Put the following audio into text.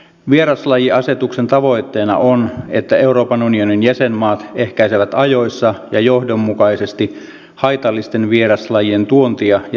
vieraslajiasetuksen tavoitteena on että euroopan unionin jäsenmaat ehkäisevät ajoissa ja johdonmukaisesti haitallisten vieraslajien tuontia ja leviämistä